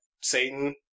Satan